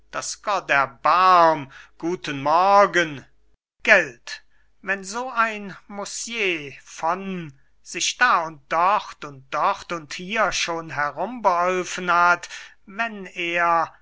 guten morgen gott wenn so ein musje von sich da und dort und dort und hier schon herumbeholfen hat wenn er